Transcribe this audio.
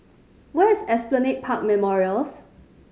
where is Esplanade Park Memorials